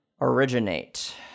originate